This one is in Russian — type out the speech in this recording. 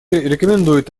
рекомендует